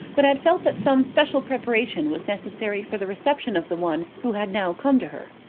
but had felt that some special preparation was necessary for the reception of the one who had now come to her.